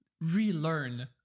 relearn